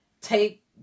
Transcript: take